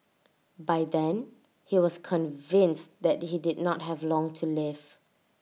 by then he was convinced that he did not have long to live